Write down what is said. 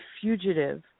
fugitive